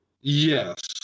Yes